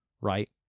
right